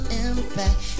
impact